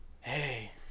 Hey